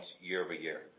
year-over-year